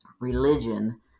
religion